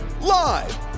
live